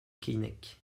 keinec